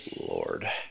lord